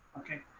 okay.